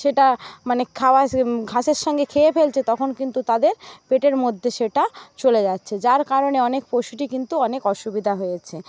সেটা মানে খাওয়া ঘাসের সঙ্গে খেয়ে ফেলছে তখন কিন্তু তাদের পেটের মধ্যে সেটা চলে যাচ্ছে যার কারণে অনেক পশুরই কিন্তু অনেক অসুবিধা হয়েছে